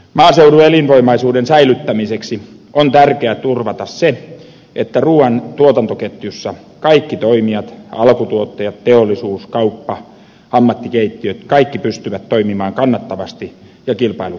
maaseudun elinvoimaisuuden säilyttämiseksi on tärkeä turvata se että ruuan tuotantoketjussa kaikki toimijat alkutuottajat teollisuus kauppa ammattikeittiöt pystyvät toimimaan kannattavasti ja kilpailukykyisesti